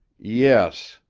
yes,